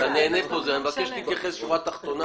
אני מבקש שתייחס לשורה התחתונה.